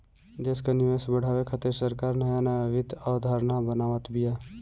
देस कअ निवेश बढ़ावे खातिर सरकार नया नया वित्तीय अवधारणा बनावत बिया